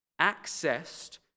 accessed